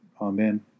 Amen